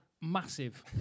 massive